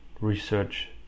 research